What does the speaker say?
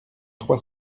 trois